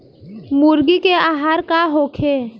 मुर्गी के आहार का होखे?